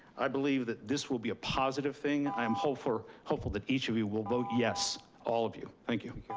i believe that this will be a positive thing. i am hopeful hopeful that each of you will vote yes, all of you. thank you.